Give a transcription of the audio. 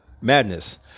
madness